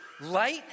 Light